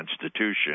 constitution